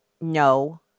No